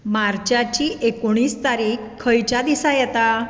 मार्चाची एकुणीस तारीख खंयच्या दिसा येता